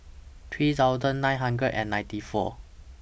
three thousand nine hundred and ninety four